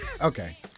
Okay